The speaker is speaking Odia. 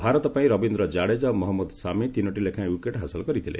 ଭାରତ ପାଇଁ ରବିନ୍ଦ୍ର ଜାଡେଜା ଓ ମହମ୍ମଦ ସାମି ତିନିଟି ଲେଖାଏଁ ୱିକେଟ୍ ହାସଲ କରିଥିଲେ